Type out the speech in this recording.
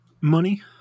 money